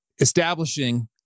establishing